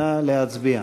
נא להצביע.